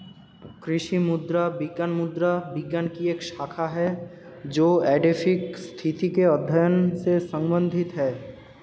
कृषि मृदा विज्ञान मृदा विज्ञान की एक शाखा है जो एडैफिक स्थिति के अध्ययन से संबंधित है